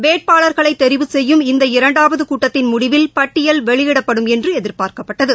வேட்பாளர்களைதெரிவு செய்யும் இந்த இரண்டாவதுகூட்டத்தின் முடிவில் பட்டியல் வெளியிடப்படும் என்றுஎதிர்பார்க்க்ப்பட்டது